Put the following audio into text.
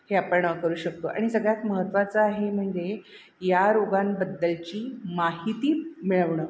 हे आपण करू शकतो आणि सगळ्यात महत्त्वाचं आहे म्हणजे या रोगांबद्दलची माहिती मिळवणं